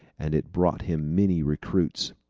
and it brought him many recruits.